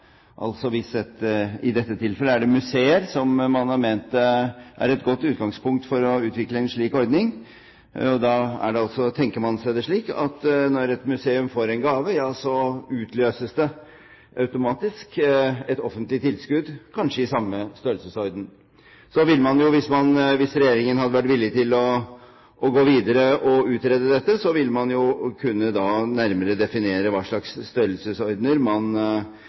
I dette tilfellet er det museer, som man har ment er et godt utgangspunkt for å utvikle en slik ordning, og da tenker man seg det slik at når et museum får en gave, utløses det automatisk et offentlig tilskudd – kanskje i samme størrelsesorden. Så ville man jo da – hvis regjeringen hadde vært villig til å gå videre og utrede dette – nærmere kunnet definere hva slags størrelsesordener man eventuelt kunne